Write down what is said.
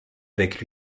avec